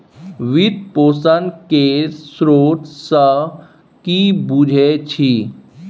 वित्त पोषण केर स्रोत सँ कि बुझै छी